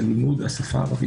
זה לימוד השפה הערבית.